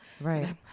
Right